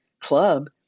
club